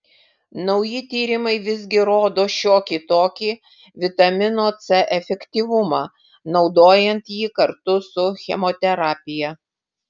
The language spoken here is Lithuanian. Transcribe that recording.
nauji tyrimai visgi rodo šiokį tokį vitamino c efektyvumą naudojant jį kartu su chemoterapija